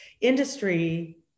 Industry